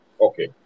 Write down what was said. Okay